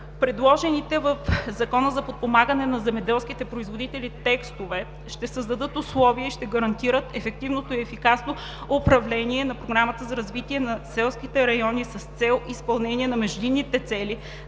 Предложените в Закона за подпомагане на земеделските производители текстове ще създадат условия и ще гарантират ефективното и ефикасно управление на Програмата за развитие на селските райони с цел изпълнение на междинните цели,